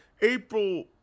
April